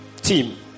Team